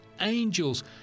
angels